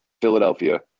Philadelphia